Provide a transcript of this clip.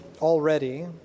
already